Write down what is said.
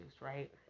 right